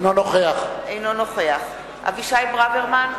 אינו נוכח אבישי ברוורמן,